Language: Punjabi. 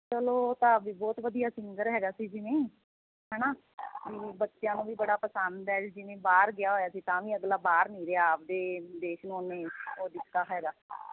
ਚਲੋ ਉਹ ਤਾਂ ਵੀ ਬਹੁਤ ਵਧੀਆ ਸਿੰਗਰ ਹੈਗਾ ਸੀ ਜਿਵੇਂ ਹੈ ਨਾ ਬੱਚਿਆਂ ਨੂੰ ਵੀ ਬੜਾ ਪਸੰਦ ਹੈ ਜਿਵੇਂ ਬਾਹਰ ਗਿਆ ਹੋਇਆ ਸੀ ਤਾਂ ਵੀ ਅਗਲਾ ਬਾਹਰ ਨਹੀਂ ਰਿਹਾ ਆਪਦੇ ਦੇਸ਼ ਨੂੰ ਉਹਨੇ ਉਹ ਦਿੱਤਾ ਹੈਗਾ